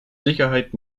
sicherheit